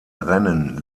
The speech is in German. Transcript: rennen